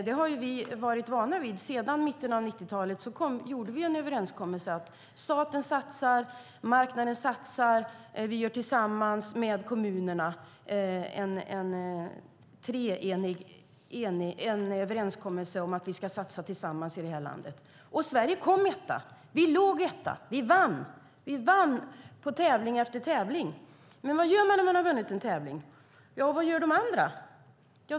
Det har vi varit vana vid sedan mitten av 90-talet, då staten, marknaden och kommunerna gjorde en överenskommelse om att satsa tillsammans i det här landet. Och Sverige kom etta! Vi låg etta. Vi vann i tävling efter tävling. Men vad gör man när man har vunnit en tävling? Och vad gör de andra?